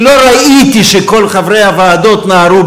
כי לא ראיתי שכל חברי הוועדות נהרו